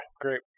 great